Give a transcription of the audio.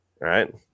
right